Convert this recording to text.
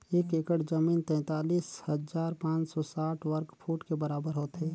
एक एकड़ जमीन तैंतालीस हजार पांच सौ साठ वर्ग फुट के बराबर होथे